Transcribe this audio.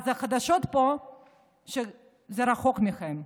אז החדשות פה שזה רחוק מכם.